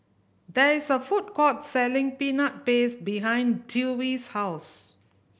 there is a food court selling Peanut Paste behind Dewey's house